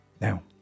Now